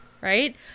right